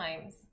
times